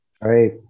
Right